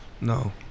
No